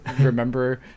remember